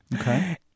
Okay